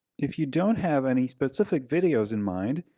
if you don't have any specific videos in mind,